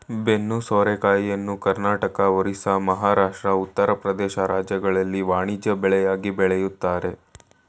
ಬೆನ್ನು ಸೋರೆಕಾಯಿಯನ್ನು ಕರ್ನಾಟಕ, ಒರಿಸ್ಸಾ, ಮಹಾರಾಷ್ಟ್ರ, ಉತ್ತರ ಪ್ರದೇಶ ರಾಜ್ಯಗಳಲ್ಲಿ ವಾಣಿಜ್ಯ ಬೆಳೆಯಾಗಿ ಬೆಳಿತರೆ